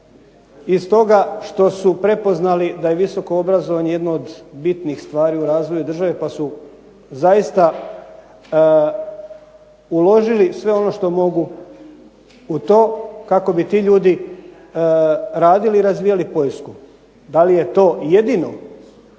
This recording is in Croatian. i stoga što su prepoznali da je visoko obrazovanje jedno od bitnijih stvari u razvoju države, pa su zaista uložili sve ono što mogu u to, kako bi ti ljudi radili i razvijali Poljsku. Da li je to jedino?